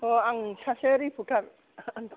आं सासे रिफर्थार